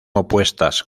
opuestas